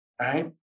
right